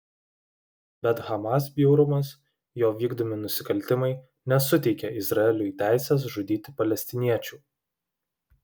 bet hamas bjaurumas jo vykdomi nusikaltimai nesuteikia izraeliui teisės žudyti palestiniečių